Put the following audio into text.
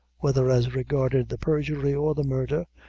whether as regarded the perjury or the murder,